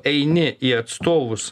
eini į atstovus